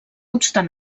obstant